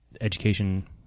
education